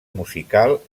musical